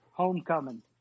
Homecoming